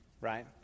right